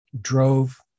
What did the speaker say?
drove